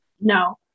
No